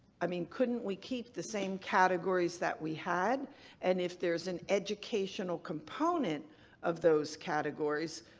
i mean couldn't we keep the same categories that we had and if there's an educational component of those categories,